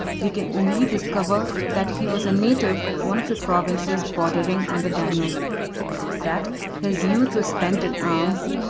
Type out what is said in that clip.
we can only discover that he was a native of one of the provinces bordering on the danube that his youth was spent in arms,